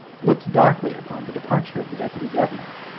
looked darkly upon the departure of the deputy-governor.